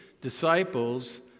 disciples